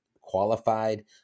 qualified